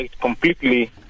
completely